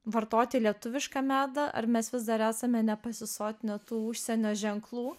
vartoti lietuvišką medą ar mes vis dar esame nepasisotinę tų užsienio ženklų